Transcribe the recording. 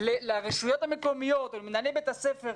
לרשויות המקומיות או למנהלי בתי הספר,